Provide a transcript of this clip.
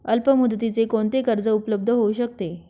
अल्पमुदतीचे कोणते कर्ज उपलब्ध होऊ शकते?